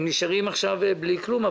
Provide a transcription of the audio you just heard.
הם נשארים עכשיו בלי כלום.